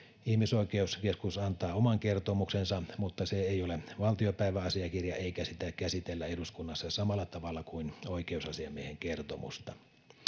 ihmisoikeuskeskus antaa oman kertomuksensa mutta se ei ole valtiopäiväasiakirja eikä sitä käsitellä eduskunnassa samalla tavalla kuin oikeusasiamiehen kertomusta